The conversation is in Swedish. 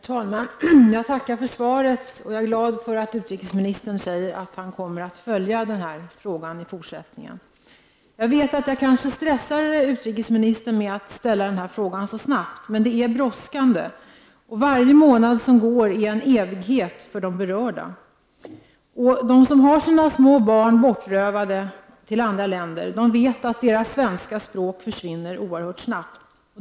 Herr talman! Jag tackar för svaret. Jag är glad över att höra utrikesministern säga att han kommer att följa den här frågan i fortsättningen. Jag vet att jag kanske stressar utrikesministern när jag ställer den här frågan så pass snabbt. Men det här är brådskande. Varje månad som går är en evighet för de berörda. De som har små barn som har bortrövats och förts till andra länder vet att barnens svenska språk försvinner oerhört snabbt.